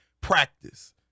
practice